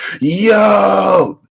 yo